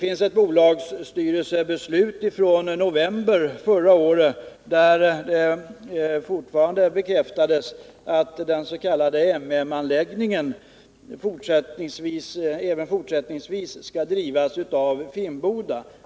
I ett bolagsstyrelsebeslut från november förra året bekräftades att den s.k. MM-anläggningen även fortsättningsvis skall drivas av Finnboda.